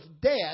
death